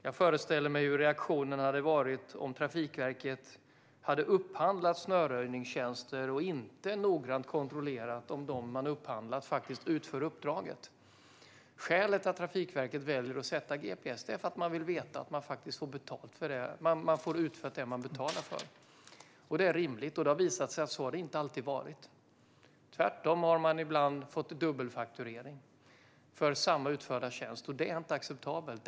Jag föreställer mig hur reaktionen skulle ha varit om Trafikverket hade upphandlat snöröjningstjänster och inte noggrant kontrollerat om de man upphandlat tjänsten av faktiskt utför uppdraget. Skälet till att Trafikverket väljer att sätta gps i fordonen är att man vill veta att man faktiskt får det utfört som man betalar för. Det är rimligt, för det har visat sig att det inte alltid har varit så. Tvärtom har man ibland dubbelfakturerats för samma utförda tjänst, och det är inte acceptabelt.